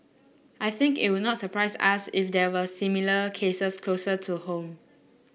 I think it would not surprise us if there were similar cases closer to home